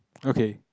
okay